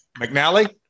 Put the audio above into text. McNally